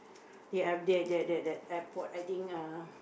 they are they they they at the airport I think uh